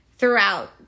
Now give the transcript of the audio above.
throughout